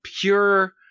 pure